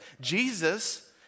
Jesus